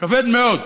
כבד מאוד.